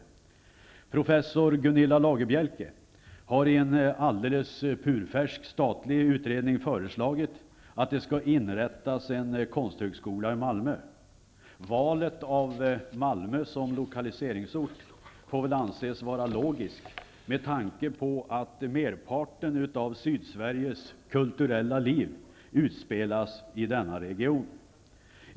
Professor Gunilla Lagerbielke har i en alldeles purfärsk statlig utredning föreslagit att det skall inrättas en konsthögskola i Malmö. Valet av Malmö som lokaliseringsort får väl anses vara logiskt med tanke på att merparten av Sydsveriges kulturella liv utspelas i denna region.